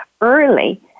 early